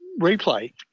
replay